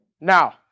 Now